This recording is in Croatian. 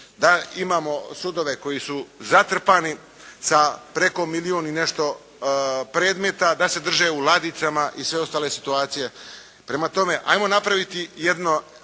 da imamo sudove koji su zatrpani sa preko milijun i nešto predmeta, da se drže u ladicama i sve ostale situacije. Prema tome, ajmo napraviti jedan